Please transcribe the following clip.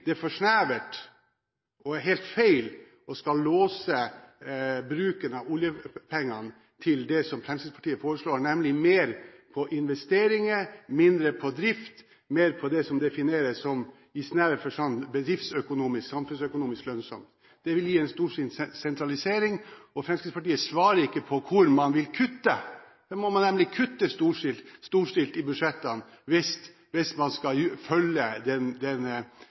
det for snevert og helt feil å skulle låse bruken av oljepengene til det som Fremskrittspartiet foreslår, nemlig mer til investeringer, mindre til drift, og mer til det som defineres som – i snever forstand – bedriftsøkonomisk og samfunnsøkonomisk lønnsomt. Det vil gi en storstilt sentralisering, og Fremskrittspartiet svarer ikke på hvor man vil kutte. Man må nemlig kutte storstilt i budsjettene hvis man skal følge det forslaget som Fremskrittspartiet har: Det er